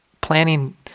planning